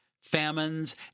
famines